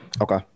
Okay